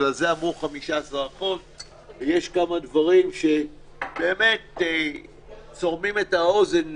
בגלל זה אמרו 15%. יש כמה דברים שבאמת צורמים את האוזן,